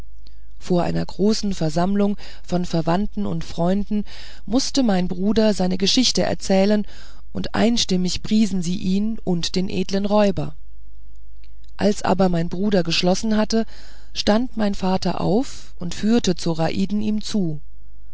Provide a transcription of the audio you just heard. vor einer großen versammlung von verwandten und freunden mußte mein bruder seine geschichte erzählen und einstimmig priesen sie ihn und den edlen räuber als aber mein bruder geschlossen hatte stand mein vater auf und führte zoraiden ihm zu